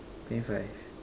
twenty five